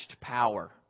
power